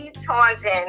charging